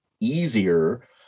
easier